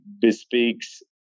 bespeaks